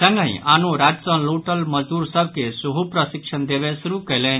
संगहि आनो राज्य सँ लौटल मजदूर सभ के सेहो प्रशिक्षण देबय शुरू कयलनि